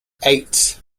eight